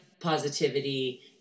positivity